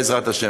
בעזרת השם.